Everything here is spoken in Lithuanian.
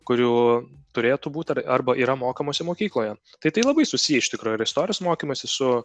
kurių turėtų būt ar arba yra mokamasi mokykloje tai tai labai susiję iš tikro ir istorijos mokymasi su